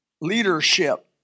leadership